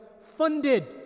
funded